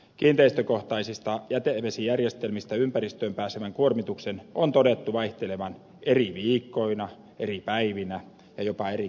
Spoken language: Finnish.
kiinteistökohtaisista jätevesijärjestelmistä ympäristöön pääsevän kuormituksen on todettu vaihtelevan eri viikkoina eri päivinä ja jopa eri kellonaikoina